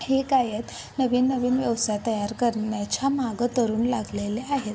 हे काय आहेत नवीन नवीन व्यवसाय तयार करण्याच्या मागं तरुण लागलेले आहेत